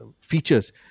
features